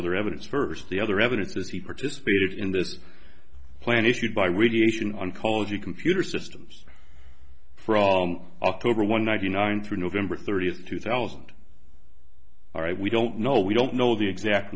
other evidence first the other evidence if he participated in this plan if you buy radiation oncology computer systems from october one ninety nine through november thirtieth two thousand all right we don't know we don't know the exact